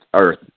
Earth